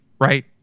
right